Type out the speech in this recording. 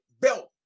belt